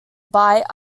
bight